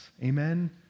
Amen